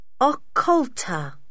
occulta